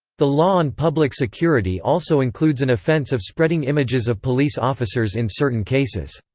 the law on public security also includes an offence of spreading images of police officers in certain cases.